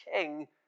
king